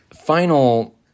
final